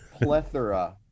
plethora